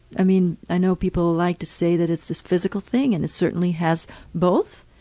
i mean, i know people like to say that it's this physical thing and it certainly has both.